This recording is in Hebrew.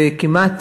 וכמעט,